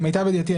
למיטב ידיעתי,